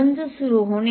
गंज सुरू होणे